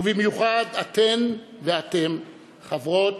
ובמיוחד אתן ואתם, חברות